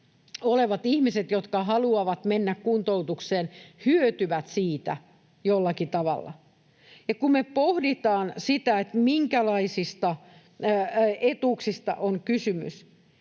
olevat ihmiset, jotka haluavat mennä kuntoutukseen, hyötyvät siitä jollakin tavalla. Kun me pohditaan sitä, minkälaisista etuuksista on kysymys,